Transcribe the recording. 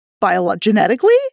biologically